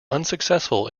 unsuccessful